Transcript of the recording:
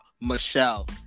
michelle